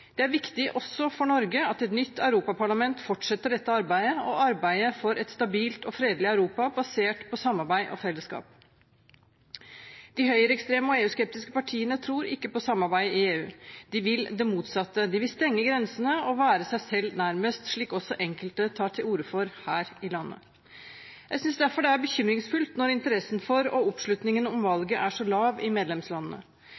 Det er viktig også for Norge at et nytt europaparlament fortsetter dette arbeidet og arbeidet for et stabilt og fredelig Europa basert på samarbeid og fellesskap. De høyreekstreme og EU-skeptiske partiene tror ikke på samarbeid i EU. De vil det motsatte. De vil stenge grensene og være seg selv nærmest – slik også enkelte tar til orde for her i landet. Jeg synes derfor det er bekymringsfullt når interessen for og oppslutningen om